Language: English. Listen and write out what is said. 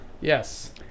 yes